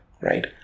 right